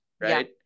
right